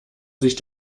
sich